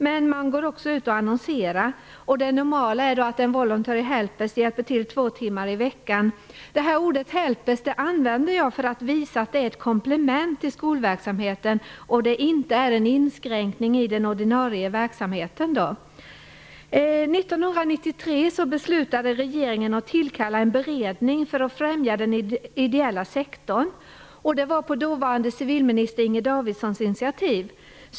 Men man går också ut och annonserar. Det normala är att "voluntary helpers" hjälper till två timmar i veckan. Ordet "helpers" använder jag för att visa att det är ett komplement och inte en inskränkning i den ordinarie skolverksamheten. 1993 beslutade regeringen att tillkalla en beredning för att främja den ideella sektorn. Det var på dåvarande civilminister Inger Davidsons initiativ.